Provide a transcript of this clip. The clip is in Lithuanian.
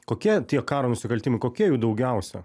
kokie tie karo nusikaltimai kokie jų daugiausia